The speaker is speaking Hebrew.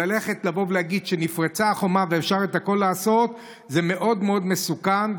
לבוא ולהגיד שנפרצה החומה ואפשר לעשות הכול זה מאוד מאוד מסוכן.